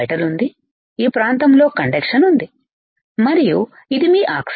ఉంది ఈ ప్రాంతంలో కండక్షన్ ఉంది మరియు ఇది మీ ఆక్సైడ్